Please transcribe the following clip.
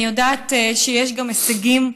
אני יודעת שיש גם הישגים,